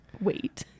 wait